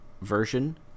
version